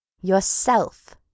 Yourself